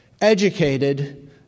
educated